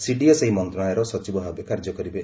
CDS ଏହି ମନ୍ତ୍ରଣାଳୟର ସଚିବ ଭାବେ କାର୍ଯ୍ୟ କରିବେ